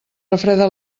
refreda